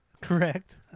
correct